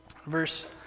Verse